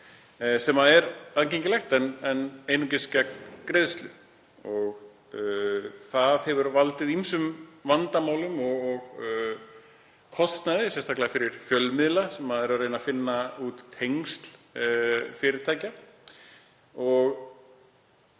og er aðgengileg en einungis gegn greiðslu. Það hefur valdið ýmsum vandamálum og kostnaði, sérstaklega fyrir fjölmiðla sem reyna að finna út hver tengsl fyrirtækja